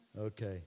Okay